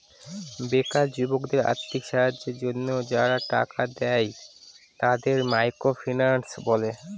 বেকার যুবকদের আর্থিক সাহায্যের জন্য যারা টাকা ধার দেয়, তাদের মাইক্রো ফিন্যান্স বলে